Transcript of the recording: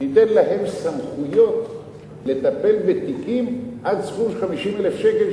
ניתן להם סמכויות לטפל בתיקים עד סכום של 50,000 שקל,